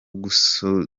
gusudira